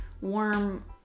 warm